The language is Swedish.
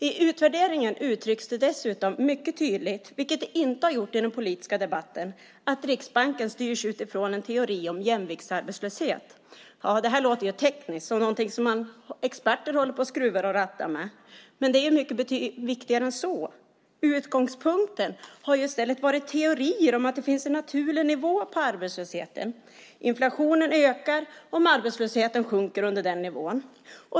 I utvärderingen uttrycks det dessutom mycket tydligt, vilket inte har gjorts i den politiska debatten, att Riksbanken styrs utifrån en teori om jämviktsarbetslöshet. Det här låter tekniskt, som någonting som experter skruvar och rattar med. Men det är mycket viktigare än så. Utgångspunkten har i stället varit teorier om att det finns en naturlig nivå på arbetslösheten, att inflationen ökar om arbetslösheten sjunker under den nivån.